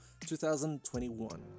2021